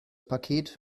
paket